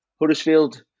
Huddersfield